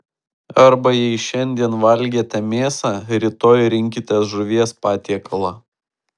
arba jei šiandien valgėte mėsą rytoj rinkitės žuvies patiekalą